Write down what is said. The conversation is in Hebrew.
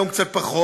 אולי היום קצת פחות,